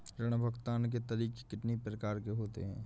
ऋण भुगतान के तरीके कितनी प्रकार के होते हैं?